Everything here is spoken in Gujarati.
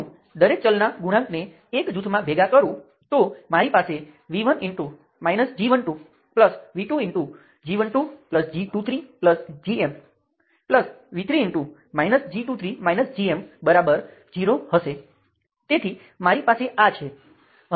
તેથી ત્યાં શાખાઓમાં ત્રણ સુસંગતતા છે 1 5 અને 4 માં આ છે પછી 2 5 અને 3 તે છે અને 4 3 અને 6 તે છે અને આમાં જો મેશને ઓળખો તો તે આ રીતે છે